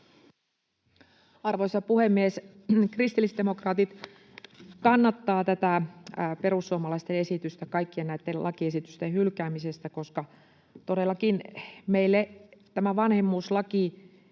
Arvoisa puhemies! Kristillisdemokraatit kannattavat tätä perussuomalaisten esitystä kaikkien näitten lakiesitysten hylkäämisestä. Todellakin meille tämä vanhemmuuslaki